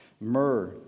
Myrrh